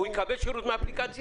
הוא יקבל שירות מהאפליקציה?